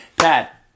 Pat